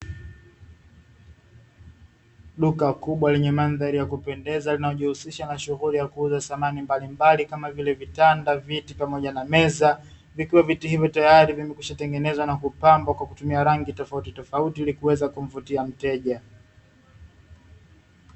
Duka kubwa lenye mandhari ya kupendeza, linalojihusisha na shughuli za kuuza samani mbalimbali, kama vile; vitanda, viti pamoja na meza, vikiwa vitu hivyo tayari vimekwishatengenezwa na kupambwa kwa kutumia rangi tofautitofauti ili kuweza kumvutia mteja.